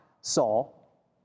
Saul